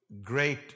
great